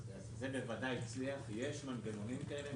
זה בוודאי הצליח, ויש מנגנונים כאלה.